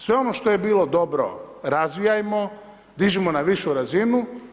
Sve ono što je bilo dobro razvijajmo, dižimo na višu razinu.